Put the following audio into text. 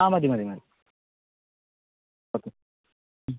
ആ മതി മതി മതി ഓക്കെ